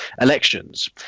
elections